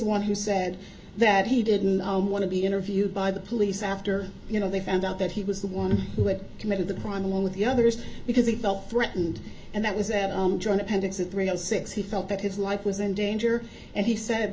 one who said that he didn't want to be interviewed by the police after you know they found out that he was the one who had committed the crime along with the others because he felt threatened and that was a drawn appendix at three o six he felt that his life was in danger and he said